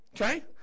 okay